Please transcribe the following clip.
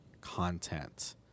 content